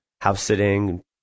house-sitting